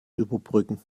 überbrücken